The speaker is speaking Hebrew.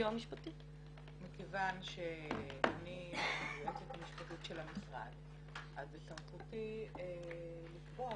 מכיוון שאני היועצת המשפטית של המשרד אז בסמכותי לקבוע